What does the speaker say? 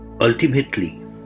Ultimately